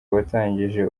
watangije